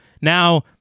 Now